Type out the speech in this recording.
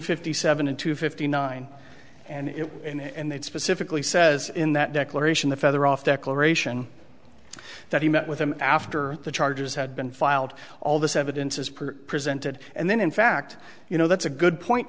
fifty seven and two fifty nine and it and they specifically says in that declaration the feather off declaration that he met with him after the charges had been filed all this evidence is pretty presented and then in fact you know that's a good point